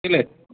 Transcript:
কেলেই